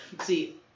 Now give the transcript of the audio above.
See